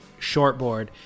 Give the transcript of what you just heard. shortboard